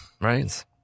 Right